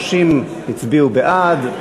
30 הצביעו בעד,